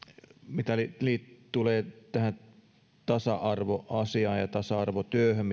mitä tulee tähän tasa arvoasiaan ja tasa arvotyöhön